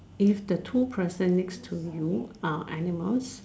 if the two person next to you are animals